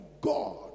God